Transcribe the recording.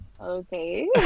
Okay